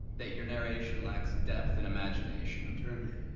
that your narration lacks depth and imagination. jeremy.